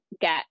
get